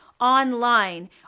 online